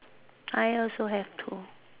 I also have too